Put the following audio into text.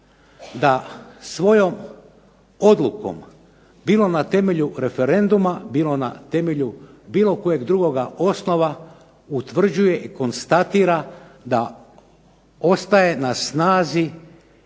da svojom odlukom bilo na temelju referendum bilo na temelju bilo kojega drugoga osnova utvrđuje i konstatira da ostaje na snazi